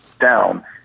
down